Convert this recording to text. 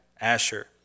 asher